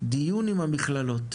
דיון עם המכללות,